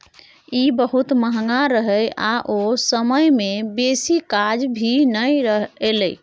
ई बहुत महंगा रहे आ ओ समय में बेसी काज भी नै एले